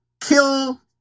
kill